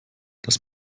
dass